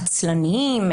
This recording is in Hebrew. עצלנים,